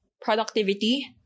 productivity